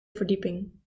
verdieping